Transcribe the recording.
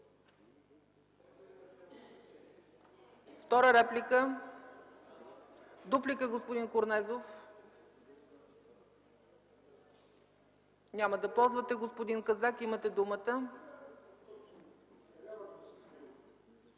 Втора реплика? Няма. Дуплика, господин Корнезов? Няма да ползвате. Господин Казак, имате думата.